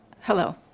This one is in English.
hello